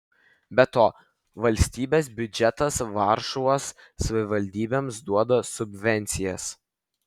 be to valstybės biudžetas varšuvos savivaldybėms duoda subvencijas